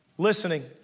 Listening